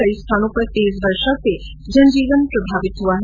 कई स्थानों पर तेज वर्षा से जनजीवन प्रभावित हुआ है